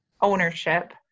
ownership